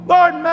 Lord